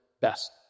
best